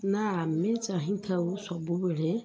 ନା ଆମେ ଚାହିଁଥାଉ ସବୁବେଳେ